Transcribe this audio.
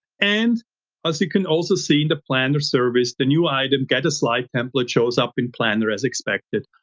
and as you can also see in the planner service, the new item, get a slide template shows up in planner as expected.